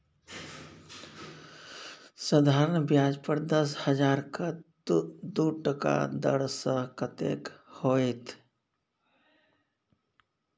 साधारण ब्याज पर दस हजारक दू टका दर सँ कतेक होएत?